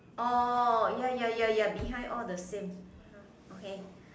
orh ya ya ya ya behind all the same